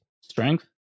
Strength